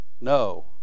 no